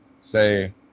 say